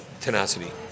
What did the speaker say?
tenacity